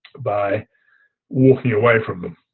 by walking away from them,